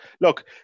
look